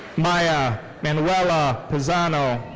maya manuelle ah pizano.